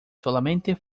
solamente